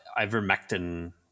ivermectin